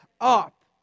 up